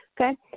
Okay